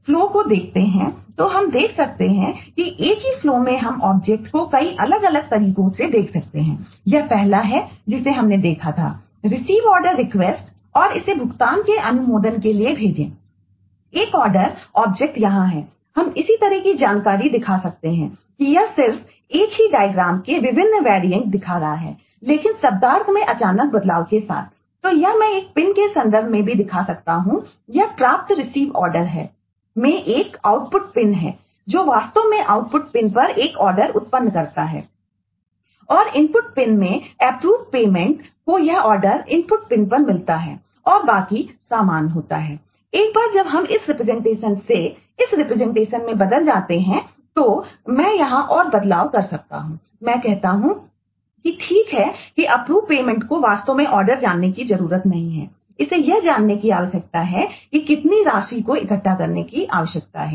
इसलिए यदि हम इस फ्लो उत्पन्न करता है